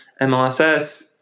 MLSS